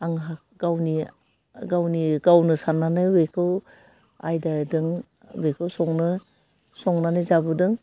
आंहा गावनि गावनि गावनो साननानै बेखौ आयदादों बेखौ संनो संनानै जाबोदों